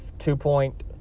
two-point